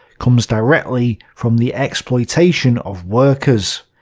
comes directly from the exploitation of workers.